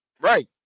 Right